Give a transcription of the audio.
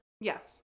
Yes